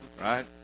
right